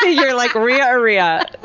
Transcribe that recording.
ah you're like ria, or rrhea,